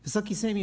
Wysoki Sejmie!